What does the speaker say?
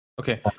Okay